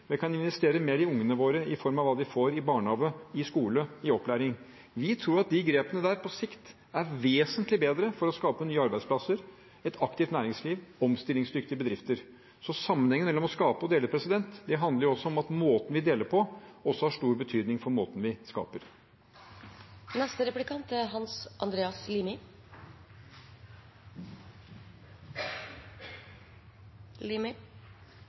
vi kan investere mer i sykehusene våre, og vi kan investere mer i ungene våre i form av hva de får i barnehage, i skole, i opplæring. Vi tror at disse grepene på sikt er vesentlig bedre for å skape nye arbeidsplasser, et aktivt næringsliv og omstillingsdyktige bedrifter. Så sammenhengen mellom å skape og dele handler om at måten vi deler på, også har stor betydning for måten vi skaper